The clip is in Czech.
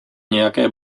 nějaké